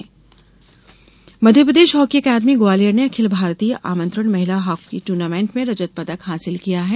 hockey Madhya Pradesh hockey अकादमी ग्वालियर ने अखिल भारतीय आमंत्रण महिला हॉकी टूर्नामेंट में रजत पदक हासिल किया है